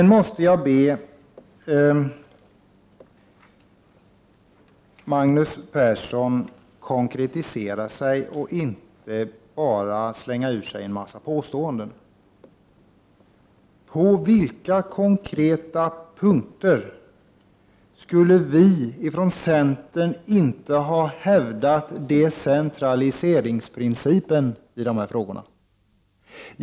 Jag måste be Magnus Persson att konkretisera sig och inte bara slänga ur sig en massa påståenden. På vilka konkreta punkter skulle vi från centern inte ha hävdat decentraliseringsprincipen i dessa frågor?